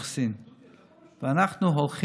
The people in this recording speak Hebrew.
פלסטיני,